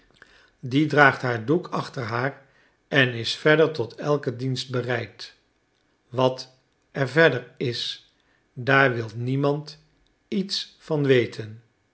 die draagt haar doek achter haar en is verder tot elken dienst bereid wat er verder is daar wil niemand iets van weten